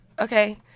Okay